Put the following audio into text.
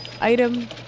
item